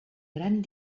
gran